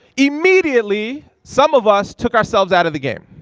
immediately, some of us took ourselves out of the game.